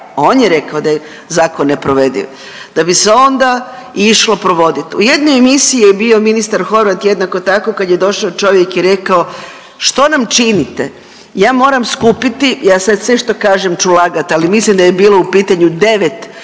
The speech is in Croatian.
on je rekao da je zakon neprovediv, da bi se onda išlo provoditi. U jednoj emisiji je bio ministar Horvat jednako tako, kad je došao čovjek i rekao, što nam činite. Ja moram skupiti, ja sad sve što kažem ću lagati, ali mislim da je bilo u pitanju 9